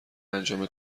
انجام